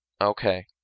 Okay